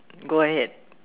go ahead